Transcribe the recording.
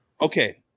Okay